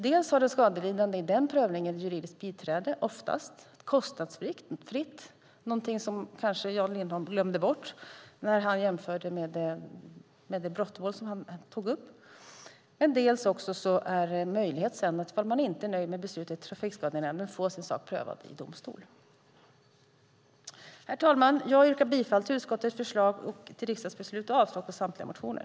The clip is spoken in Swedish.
Dels har den skadelidande i den prövningen oftast juridiskt biträde kostnadsfritt - någonting som Jan Lindholm kanske glömde bort när han jämförde med det brottmål som han tog upp. Dels finns det möjlighet för den som inte är nöjd med beslutet i Trafikskadenämnden att få sin sak prövad i domstol. Herr talman! Jag yrkar bifall till utskottets förslag till riksdagsbeslut och avslag på samtliga motioner.